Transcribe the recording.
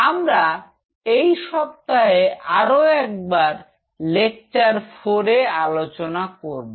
আমরা এই সপ্তাহে আরও একবার লেকচার 4 এর আলোচনা করব